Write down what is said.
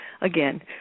again